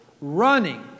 running